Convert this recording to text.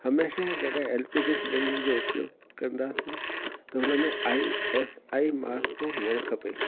हमेशह जॾहिं LPG cylinder जो उपयोग कंदासीं त हुन में आई एस आई मार्क थो हुजणु खपे